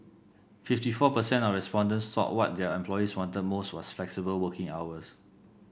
fifty four percent of respondents thought what their employees wanted most was flexible working hours